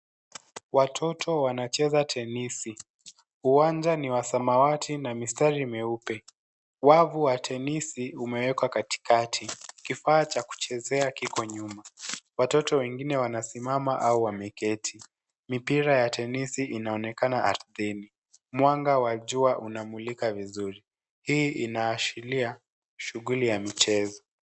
Watoto wanacheza tenisi, uwanja ni wa samawati na mistari mieupe. Wavu wa tenisi umeekwa katikati. Kifaa cha kuchezea kiko nyuma. Watoto wengine wanasimama au wameketi. Mipira ya tenisi inaonekana ardhini. Mwanga wa jua unamulika vizuri. Hii inaashiria shughuli ya michezo.